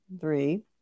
three